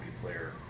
player